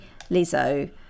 lizzo